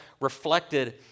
reflected